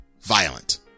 violent